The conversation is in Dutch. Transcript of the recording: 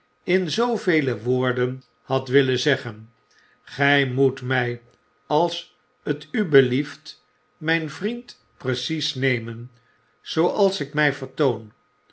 in zoovele woorden had willen zeggen gry moet my als t u belieft miin vrierid precies nemen zooals ik my vertoon